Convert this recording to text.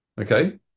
Okay